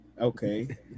okay